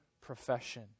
profession